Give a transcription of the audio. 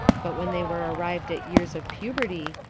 but when they were arrived at years of puberty,